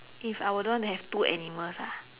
if I wouldn't want to have two animals ah